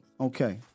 Okay